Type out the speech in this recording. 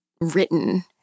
written